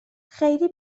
خیلی